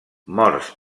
morts